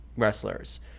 Wrestlers